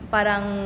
Parang